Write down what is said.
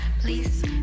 Please